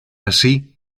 así